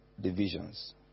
divisions